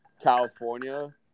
California